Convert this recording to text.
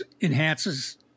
enhances